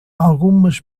algumas